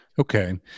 Okay